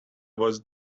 was